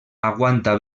aguanta